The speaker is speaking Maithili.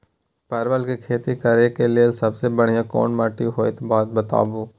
परवल के खेती करेक लैल सबसे बढ़िया कोन माटी होते बताबू?